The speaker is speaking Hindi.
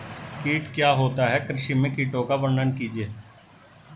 कीट क्या होता है कृषि में कीटों का वर्णन कीजिए?